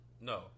No